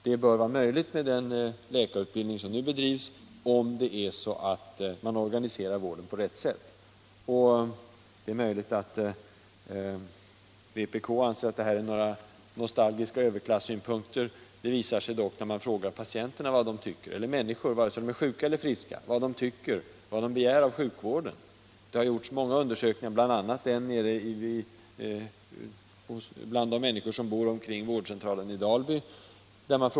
Detta bör vara möjligt med den läkarutbildning som nu bedrivs, om vården organiseras på rätt sätt. Det är möjligt att vpk anser att det här är några nostalgiska överklassynpunkter. Men det har gjorts många undersökningar där man frågat patienter och människor över huvud taget — vare sig de är sjuka eller friska — vad de begär av sjukvården. En har gjorts bland de människor som bor omkring vårdcentralen i Dalby.